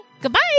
goodbye